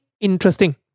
interesting